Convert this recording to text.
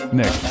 nick